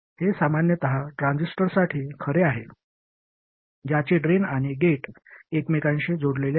हे सामान्यत ट्रान्झिस्टरसाठी खरे आहे ज्यांचे ड्रेन आणि गेट एकमेकांशी जोडलेले आहेत